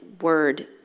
word